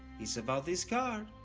it's about this card.